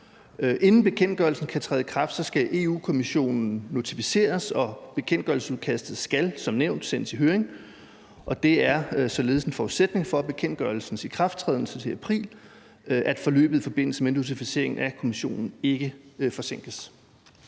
Inden bekendtgørelsen kan træde i kraft, skal Europa-Kommissionen notificeres, og bekendtgørelsen skal som nævnt sendes i høring, og det er således en forudsætning for bekendtgørelsens ikrafttræden i april, at forløbet i forbindelse med notificeringen af Kommissionen ikke forsinkes.